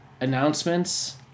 announcements